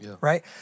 right